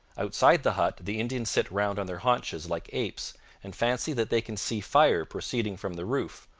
outside the hut the indians sit round on their haunches like apes and fancy that they can see fire proceeding from the roof,